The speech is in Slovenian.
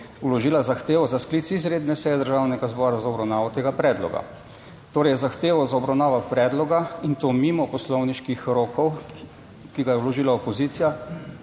vložila zahtevo za sklic izredne seje Državnega zbora za obravnavo tega predloga, torej zahtevo za obravnavo predloga, in to mimo poslovniških rokov, ki ga je vložila opozicija,